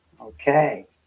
okay